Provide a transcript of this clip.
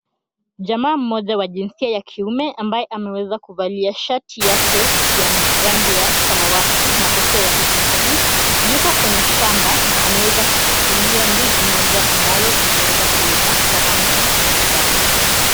Jamaa mmoja wa jinsia ya kiume, ambaye ameweza kuvalia shati yake ya rangi ya samawati na kofia yake kichwani yuko kwenye shamba na ameweza kushikilia ndizi moja ambayo imeweza kuiva kwa rangi ya manjano.